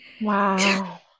Wow